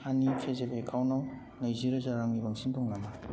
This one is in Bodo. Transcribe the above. आंनि पेजेफ एकाउन्टाव नैजि रोजा रांनि बांसिन दं नामा